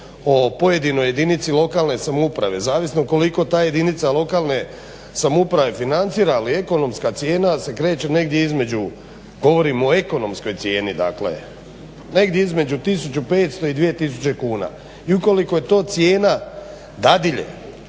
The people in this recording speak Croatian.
o pojedinoj jedinici lokalne samouprave, zavisno koliko ta jedinica lokalne samouprave financira ali ekonomska cijena se kreće negdje između govorim o ekonomskoj cijeni dakle, negdje između 1500 i 2000 kuna. I ukoliko je to cijena dadilje